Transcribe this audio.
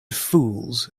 fools